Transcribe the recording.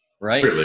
right